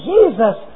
Jesus